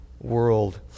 world